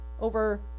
over